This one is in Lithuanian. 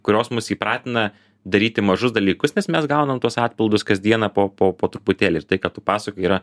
kurios mus įpratina daryti mažus dalykus nes mes gaunam tuos atpildus kasdieną po po po truputėlį ir tai ką tu pasakoji yra